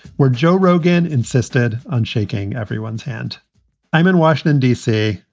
where joe rogan insisted on shaking everyone's hand i'm in washington, d c.